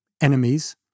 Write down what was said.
Enemies